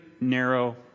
narrow